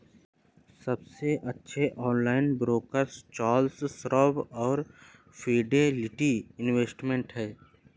सबसे अच्छे online broker Charles Schwab और फिडेलिटी इन्वेस्टमेंट हैं